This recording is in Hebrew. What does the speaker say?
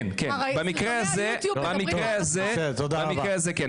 כן, במקרה הזה כן.